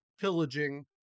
pillaging